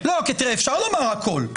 לא, כי תראה, אפשר לומר הכול.